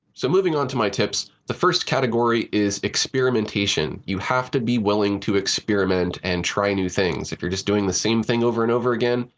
so moving on to my tips, the first category is experimentation. you have to be willing to experiment and try new things. if you're just doing the same thing over and over again,